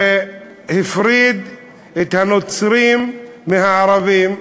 והפריד את הנוצרים מהערבים,